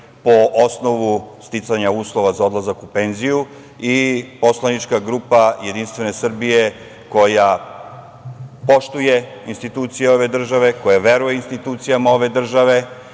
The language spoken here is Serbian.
po osnovu sticanja uslova za odlazak u penziju. Poslanička grupa JS koja poštuje institucije ove države, koja veruje institucijama ove države,